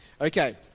Okay